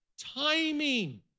timing